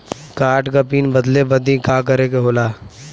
Card क pin बदले बदी का करे के होला?